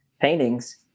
paintings